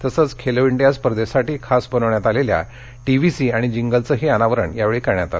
तसंच खेलो इंडिया स्पर्धेसाठी खास बनविण्यात आलेल्या टीव्हीसी आणि जिंगलचंही अनावरण यावेळी करण्यात आलं